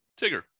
Tigger